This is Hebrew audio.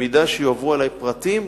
אם יועברו אלי פרטים,